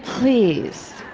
please,